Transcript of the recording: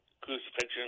crucifixion